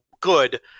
good